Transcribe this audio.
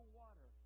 water